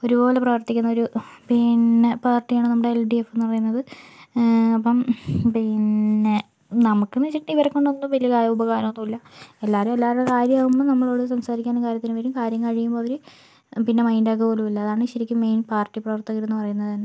ഒരുപോലെ പ്രവർത്തിക്കുന്ന ഒരു പിന്നെ ഒരു പാർട്ടിയാണ് നമ്മുടെ എൽ ഡി എഫ് എന്ന് പറയുന്നത് അപ്പം പിന്നെ നമുക്ക് എന്ന് വെച്ചിട്ടുണ്ടെങ്കിൽ ഇവരെ കൊണ്ടൊന്നും വലിയ കാര്യ ഉപകാരം ഒന്നും ഇല്ല എല്ലാവരും എല്ലാവരുടെ കാര്യമാവുമ്പോൾ നമ്മളോട് സംസാരിക്കാനും കാര്യത്തിനും വരും കാര്യം കഴിയുമ്പോൾ അവര് പിന്നെ മൈൻഡ് ആക്കുക പോലുമില്ല അതാണ് ശരിക്കും മെയിൻ പാർട്ടി പ്രവർത്തകര് എന്ന് പറയുന്നത് തന്നെ